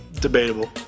debatable